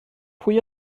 pwy